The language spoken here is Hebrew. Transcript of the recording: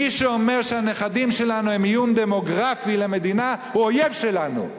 מי שאומר שהנכדים שלנו הם איום דמוגרפי על המדינה הוא אויב שלנו.